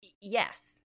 Yes